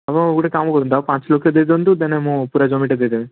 ଆପଣ ଗୋଟେ କାମ କରନ୍ତୁ ଆଉ ପାଞ୍ଚ ଲକ୍ଷ ଦେଇଦିଅନ୍ତୁ ଦେଲେ ମୁଁ ପୁରା ଜମିଟା ଦେଇଦେବି